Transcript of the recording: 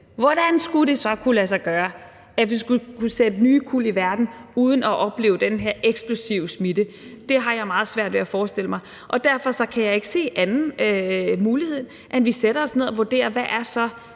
Hvordan skulle det så kunne lade sig gøre, at vi skulle kunne sætte nye kuld i verden uden at opleve den her eksplosive smitte? Det har jeg meget svært ved at forestille mig, og derfor kan jeg ikke se nogen anden mulighed, end at vi sætter os ned og vurderer, hvilke